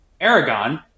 Aragon